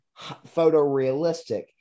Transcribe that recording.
photorealistic